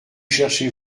cherchez